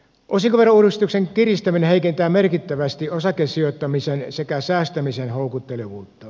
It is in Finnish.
osinkoverouudistuksen kiristäminen heikentää merkittävästi osakesijoittamisen sekä säästämisen houkuttelevuutta